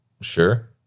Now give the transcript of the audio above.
sure